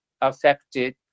affected